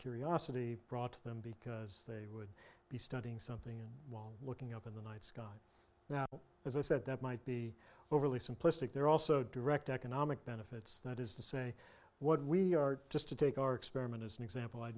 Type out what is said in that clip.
curiosity brought to them because they would be studying something else while looking up in the night sky as i said that might be overly simplistic there are also direct economic benefits that is to say what we are just to take our experiment as an example i